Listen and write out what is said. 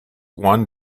one